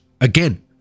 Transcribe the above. again